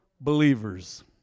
believers